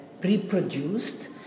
pre-produced